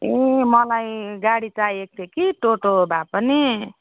ए मलाई गाडी चाहिएको थियो कि टोटो भए पनि